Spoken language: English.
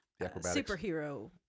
superhero